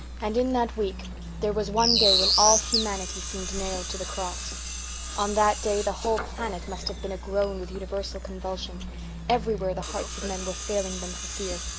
and in that week there was one day when all humanity seemed nailed to the cross on that day the whole planet must have been agroan with universal convulsion everywhere the hearts of men were failing them for fear.